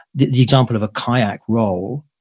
the example of a kayak roll,